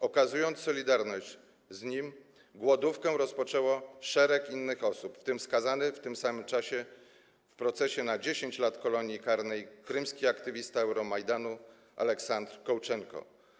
Okazując solidarność z nim, głodówkę rozpoczęło szereg innych osób, w tym skazany w tym samym procesie na 10 lat kolonii karnej krymski aktywista Euromajdanu Ołeksandr Kołczenko.